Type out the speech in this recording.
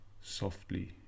Softly